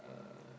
uh